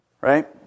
Right